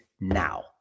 now